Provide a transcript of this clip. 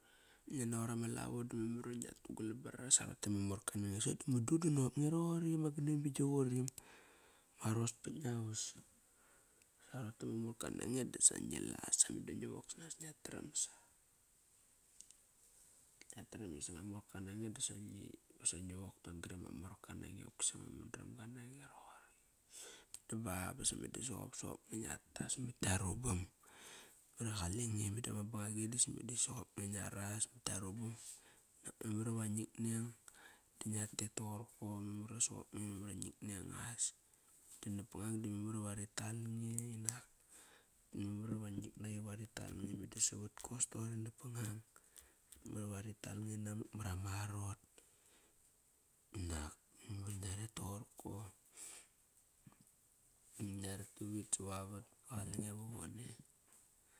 Ngia naqor ama lavo da memar iva ngia tugalam bar sa rotei ama morka nange. Sokt di mud dinop nge roqori ba gan nan ba gi qurim, ma ros pat ngia vas. Sa rotei ama morka nange dasa ngi la sa memar ingi wok sanas, ngia tram sa, Ngia tram isa ma morka nange dasa ngi basa ngi wok ton-gri ama morka nange qokisa ma man dram ga nange roqori Ba basa meda sop nge ngia tas mat gia rubam mara qalenge meda soqop nge ngia ras mat gia rubam. Dap mamar iva ngit neng da ngia tet torko memar iva ngit neng da ngia tet torko memar iva sogop ngo ura ngit neng as. Da napangang da memar iva rital nge memar iva ngit nak iva rital nge meda va savat kos toqori napangang. Memar iva rital nge namak mara ma rot na memar va ngia ret torko. Ngia ret pavit savavat va qalenge vavone